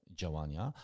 działania